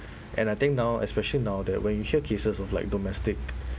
and I think now especially now that when you hear cases of like domestic